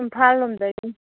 ꯏꯝꯐꯥꯜ ꯂꯣꯝꯗꯒꯤ